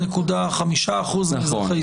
2.5% או 3.5% --- נכון.